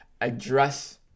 address